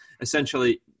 essentially